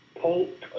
Pulp